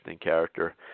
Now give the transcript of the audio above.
character